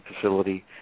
facility